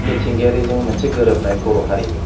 मिथिंगायारिजों मोनसे गोरोबनाय बर' हारि